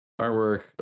artwork